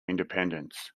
independence